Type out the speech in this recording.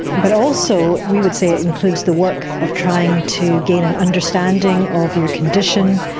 and but also we would say it includes the work of trying to gain an understanding of your condition,